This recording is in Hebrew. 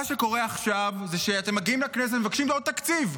מה שקורה עכשיו זה שאתם מגיעים לכנסת ומבקשים עוד תקציב,